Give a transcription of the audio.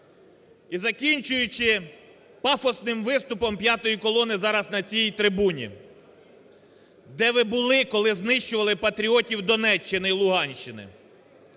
і закінчуючи пафосним виступом "п'ятої колони" зараз на цій трибуні! Де ви були, коли знищували патріотів Донеччини і Луганщини?